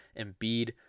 Embiid